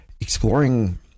exploring